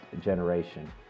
generation